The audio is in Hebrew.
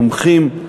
מומחים,